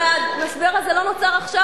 הרי המשבר הזה לא נוצר עכשיו,